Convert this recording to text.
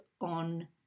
on